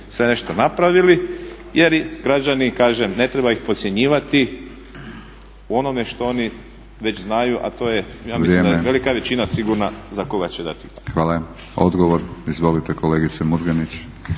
sve nešto napravili jer i građani, i kažem ne treba ih podcjenjivati u onome što oni već znaju a to je, ja mislim da je velika većina sigurna za koga će dati glas. **Batinić, Milorad (HNS)** Hvala. Odgovor. Izvolite kolegice Murganić.